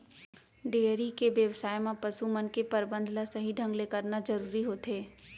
dairy के बेवसाय म पसु मन के परबंध ल सही ढंग ले करना जरूरी होथे